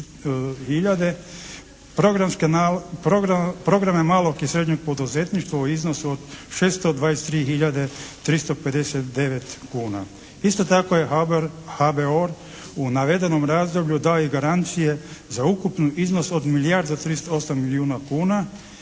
programe malog i srednjeg poduzetništva u iznosu od 623 hiljade 359 kuna. Isto tako je HBOR u navedenom razdoblju dao i garancije za ukupnu iznos od milijarde 38 milijuna kuna